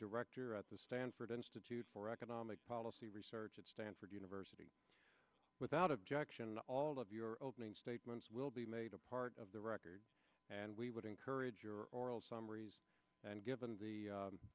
director at the stanford institute for economic policy research at stanford university without objection all of your opening statements will be made a part of the record and we would encourage your oral summaries and given the num